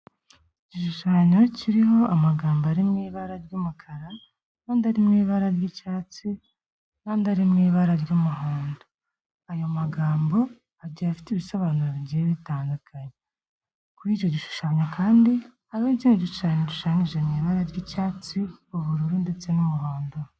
Igishushanyo kiriho amagambo ari mu ibara ry'umukara, nandi ari mu ibara ry'icyatsi, nandi ari mu ibara ry'umuhondo; ayo magambo agiye afite ibisobanuro bigiye bitandukanye. Kuri icyo gishushanyo kandi hariho n'ikindi gishushanyo gishushanyije mu ibara ry'icyatsi, ubururu ndetse n'umuhondo.